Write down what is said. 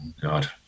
God